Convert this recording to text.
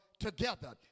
together